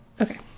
Okay